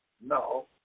No